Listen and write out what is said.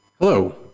Hello